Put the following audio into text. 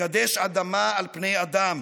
מקדש אדמה על פני אדם